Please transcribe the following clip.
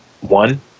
One